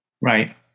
Right